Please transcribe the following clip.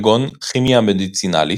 כגון כימיה מדיצינלית,